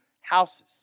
houses